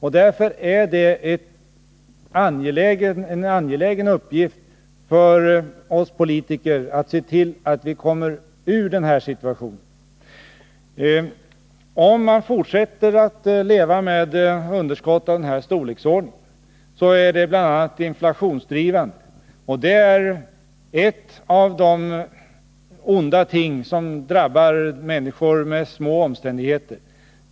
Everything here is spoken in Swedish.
Därför är det en angelägen uppgift för oss politiker att se till att vi kommer ur den situationen. Ett fortsatt underskott av den här storleksordningen är bl.a. inflationsdrivande. Det är ett av de onda ting som drabbar människor i små omständigheter.